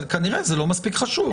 כנראה שזה לא מספיק חשוב,